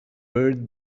bird